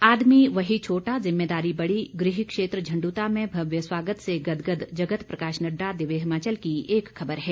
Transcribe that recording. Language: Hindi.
आदमी वही छोटा जिम्मेदारी बड़ी गृहक्षेत्र झंडूता में भव्य स्वागत से गदगद जगत प्रकाश नड्डा दिव्य हिमाचल की एक खबर है